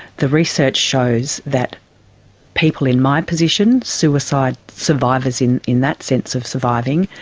the research shows that people in my position, suicide survivors in in that sense of surviving,